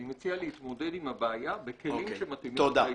אני מציע להתמודד עם הבעיה בכלים שמתאימים להתמודדות.